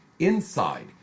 Inside